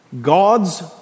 God's